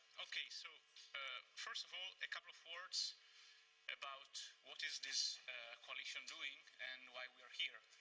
okay. so first of all, a couple of words about what is this coalition doing and why we are here.